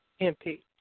MP